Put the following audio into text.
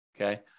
Okay